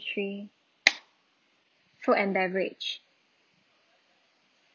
three food and beverage